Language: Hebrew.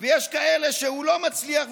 ויש כאלה שהוא לא מצליח,